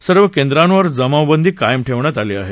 सर्व केंद्रांवर जमावबंदी कायम ठेवण्यात आली आहे